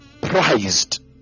prized